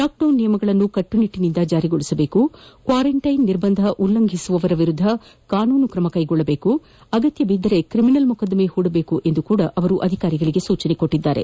lockdown ನಿಯಮಗಳನ್ನು ಕಟ್ಟುನಿಟ್ಟಿನಿಂದ ಜಾರಿಗೊಳಿಸಬೇಕು ಕ್ವಾರಂಟೈನ್ ನಿರ್ಬಂಧ ಉಲ್ಲಂಘಿಸುವವರ ವಿರುದ್ದ ಕಾನೂನು ಕ್ರಮ ಕೈಗೊಳ್ಳಬೇಕು ಅಗತ್ಯಬಿದ್ದರೆ ಕ್ರಿಮಿನಲ್ ಮೊಕದ್ದಮೆ ಹೂಡಬೇಕು ಎಂದು ಅವರು ಅಧಿಕಾರಿಗಳಿಗೆ ಸೂಚಿಸಿದರು